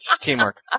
Teamwork